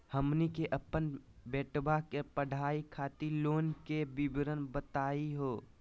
हमनी के अपन बेटवा के पढाई खातीर लोन के विवरण बताही हो?